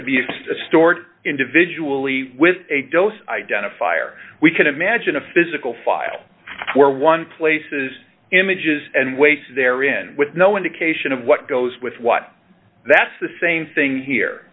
to be stored individually with a dos identifier we can imagine a physical file where one places images and weights therein with no indication of what goes with what that's the same thing here